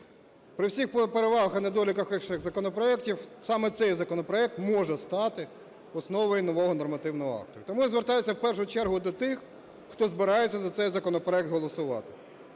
При всіх перевагах і недоліках інших законопроектів саме цей законопроект може стати основою нового нормативного акту. І тому я звертаюся в першу чергу до тих, хто збирається за цей законопроект голосувати.